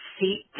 seat